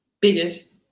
biggest